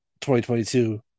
2022